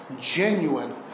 genuine